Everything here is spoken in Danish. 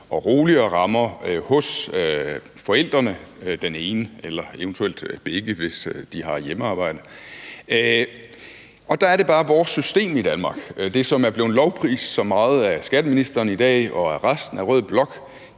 og rolige rammer hos forældrene – den ene eller eventuelt begge, hvis de har hjemmearbejde. Der er vores system i Danmark – det, som er blevet lovprist så meget af skatteministeren i dag og af resten af rød blok